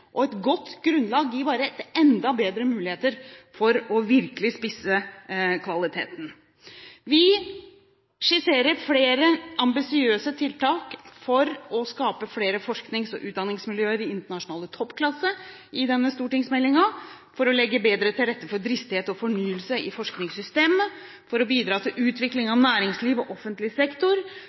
og et godt grunnlag gir bare enda bedre muligheter for virkelig å spisse kvaliteten. Vi skisserer i denne stortingsmeldingen flere ambisiøse tiltak for å skape flere forsknings- og utdanningsmiljøer i internasjonal toppklasse, for å legge bedre til rette for dristighet og fornyelse i forskningssystemet, for å bidra til utvikling av næringsliv og offentlig sektor,